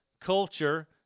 culture